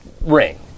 ring